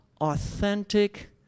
authentic